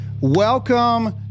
Welcome